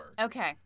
Okay